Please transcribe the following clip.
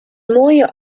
mooie